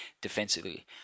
defensively